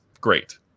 Great